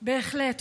בהחלט.